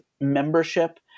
membership